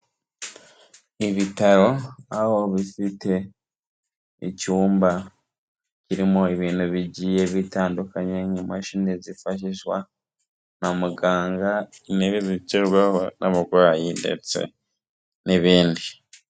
Ibitaro aho bifite icyumba kirimo ibintu bigiye bitandukanye nk'imashini zifashishwa na muganga, intebe zicarwaho n'abarwayi ndetse n'ibindi.